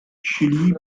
chili